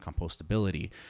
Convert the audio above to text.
compostability